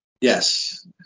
Yes